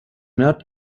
not